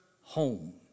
home